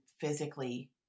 physically